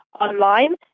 online